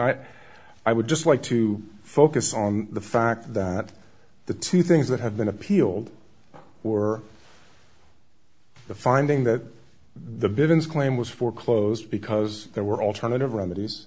i i would just like to focus on the fact that the two things that have been appealed or the finding that the buildings claim was foreclosed because there were alternative remedies